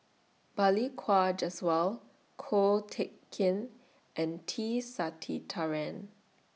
Balli Kaur Jaswal Ko Teck Kin and T Sasitharan